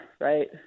right